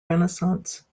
renaissance